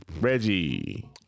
Reggie